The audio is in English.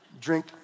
Drink